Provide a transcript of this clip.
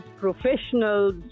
professionals